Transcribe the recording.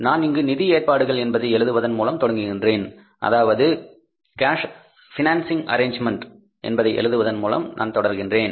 நான் இங்கு financing arrangement எழுதுவதன் மூலம் தொடங்குகின்றேன்